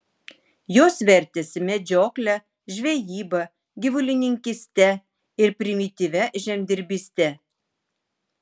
jos vertėsi medžiokle žvejyba gyvulininkyste ir primityvia žemdirbyste